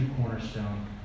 cornerstone